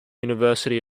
university